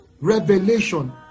Revelation